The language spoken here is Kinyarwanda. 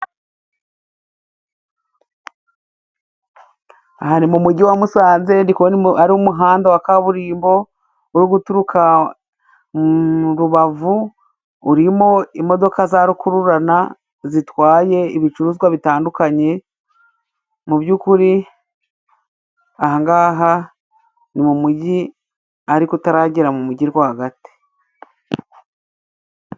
Aha ni mu mujyi wa Musanze, ndi kubona ari umuhanda wa kaburimbo uri guturuka Rubavu urimo imodoka za rukururana zitwaye ibicuruzwa bitandukanye. Mu by'ukuri aha ng'aha ni mu mujyi ariko utaragera mu mujyi rwagati.